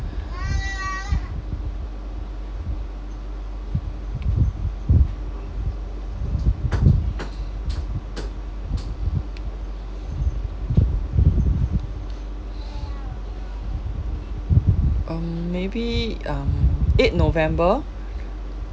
um maybe um eight november